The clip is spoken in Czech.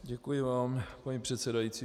Děkuji vám, paní předsedající.